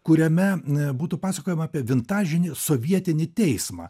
kuriame būtų pasakojama apie vintažinį sovietinį teismą